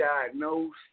diagnosed